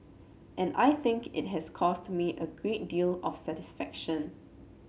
and I think it has caused me a great deal of satisfaction